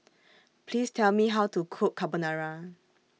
Please Tell Me How to Cook Carbonara